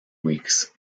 weeks